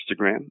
Instagram